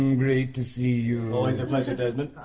and great to see you! always a pleasure, desmond.